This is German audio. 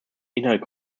inhalt